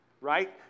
right